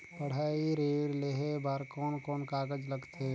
पढ़ाई ऋण लेहे बार कोन कोन कागज लगथे?